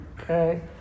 Okay